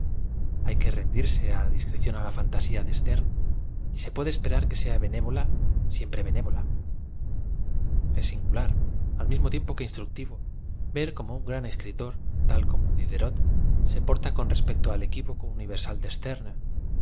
y que rendirse á dis croción á la fantasía de sterne y se puede esperar qu esea benévola bismpre benévola ea singular al mismo tiempo que instructivo v e r cémo un gran es critor ta l como diderot se porta con respecto al eq ui voco universal de